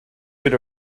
bit